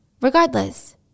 Regardless